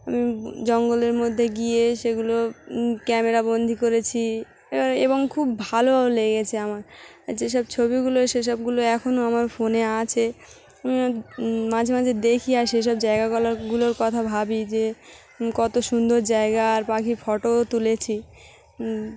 আমি জঙ্গলের মধ্যে গিয়ে সেগুলো ক্যামেরাবন্দি করেছি এবার এবং খুব ভালোও লেগেছে আমার আর যেসব ছবিগুলো সেসবগুলো এখনও আমার ফোনে আছে আমি মাঝে মাঝে দেখি আর সেসব জায়গাগুলাগুলোর কথা ভাবি যে কত সুন্দর জায়গা আর পাখি ফটোও তুলেছি